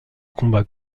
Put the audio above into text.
combat